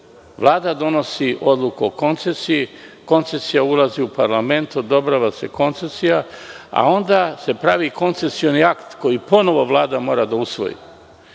Vlada donosi odluku o koncesiji, koncesija ulazi u parlament, odobrava se, a onda se pravi koncesioni akt koji ponovo Vlada mora da usvoji.